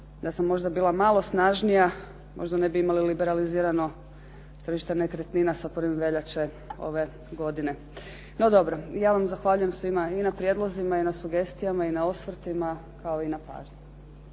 da sam možda bila malo snažnija, možda ne bi imali liberalizirano tržište nekretnina sa 1. veljače ove godine. no dobro, ja vam zahvaljujem svima i na prijedlozima i na sugestijama i na osvrtima, kao i na pažnji.